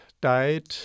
died